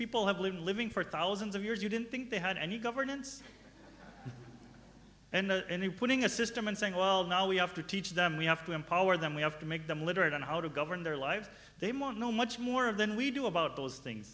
people have been living for thousands of years you didn't think they had any governance any putting a system and saying well now we have to teach them we have to empower them we have to make them literate on how to govern their lives they must know much more of than we do about those things